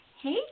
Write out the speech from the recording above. Hey